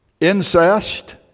Incest